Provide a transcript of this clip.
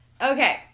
Okay